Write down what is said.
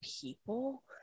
people